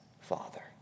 father